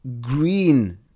green